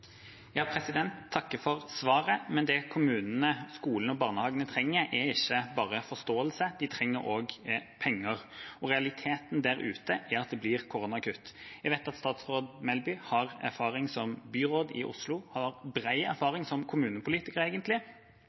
takker for svaret. Men det kommunene, skolene og barnehagene trenger, er ikke bare forståelse, de trenger også penger, og realiteten der ute er at det blir koronakutt. Jeg vet at statsråd Melby har erfaring som byråd i Oslo og har bred erfaring som kommunepolitiker.